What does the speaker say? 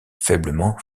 faiblement